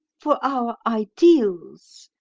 for our ideals?